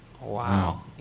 wow